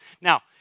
Now